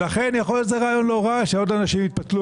לכן יכול להיות שזה רעיון לא רע שעוד אנשים יתפצלו